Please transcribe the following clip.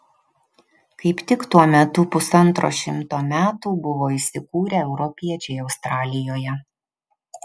kaip tik tuo metu pusantro šimto metų buvo įsikūrę europiečiai australijoje